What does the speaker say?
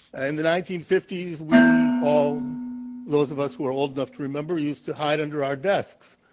and the nineteen fifty we all those of us who are old enough to remember, used to hide under our desks